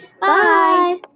Bye